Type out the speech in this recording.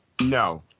No